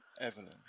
Evelyn